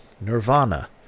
Nirvana